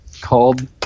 called